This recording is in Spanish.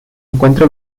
encuentra